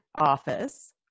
office